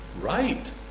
Right